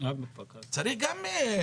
צריך גם,